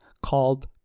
Called